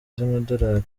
z’amadolari